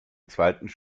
zweiten